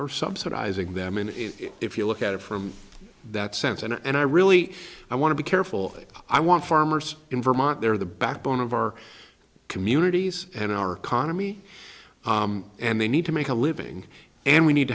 are subsidizing them in it if you look at it from that sense and i really i want to be careful i want farmers in vermont they're the backbone of our communities and our economy and they need to make a living and we need